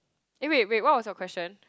eh wait wait what was your question